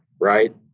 right